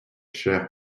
chère